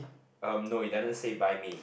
um no it doesn't say buy me